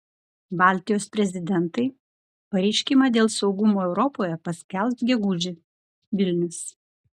baltijos prezidentai pareiškimą dėl saugumo europoje paskelbs gegužį vilnius